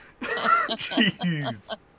Jeez